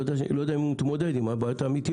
אני לא יודע אם הוא מתמודד עם הבעיות האמיתיות,